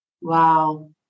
Wow